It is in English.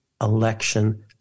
election